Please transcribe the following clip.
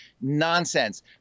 nonsense